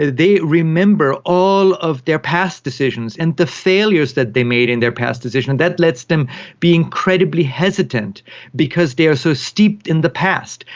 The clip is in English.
they remember all of their past decisions and the failures that they made in their past decisions, and that lets them be incredibly hesitant because they are so steeped in the past,